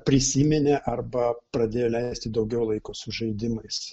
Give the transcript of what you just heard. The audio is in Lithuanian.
prisiminė arba pradėjo leisti daugiau laiko su žaidimais